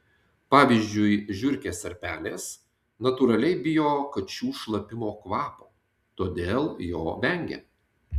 pavyzdžiui žiurkės ar pelės natūraliai bijo kačių šlapimo kvapo todėl jo vengia